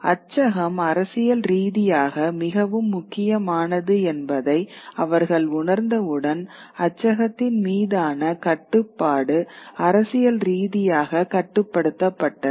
அச்சகம் அரசியல் ரீதியாக மிகவும் முக்கியமானது என்பதை அவர்கள் உணர்ந்தவுடன் அச்சகத்தின் மீதான கட்டுப்பாடு அரசியல் ரீதியாக கட்டுப்படுத்தப்பட்டது